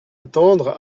attendre